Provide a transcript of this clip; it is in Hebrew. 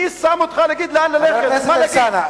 מי שם אותך להגיד לנו לאן ללכת ומה להגיד?